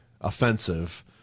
offensive